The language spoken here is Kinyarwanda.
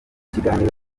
kiganiro